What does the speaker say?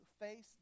face